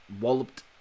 walloped